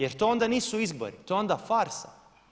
Jer to onda nisu izbori, to je onda farsa.